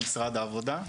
משרד העבודה.